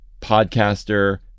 podcaster